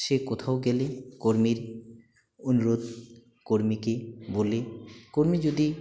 সে কোথাও গেলে কর্মীর অনুরোধ কর্মীকে বলে কর্মী যদি